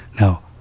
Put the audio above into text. Now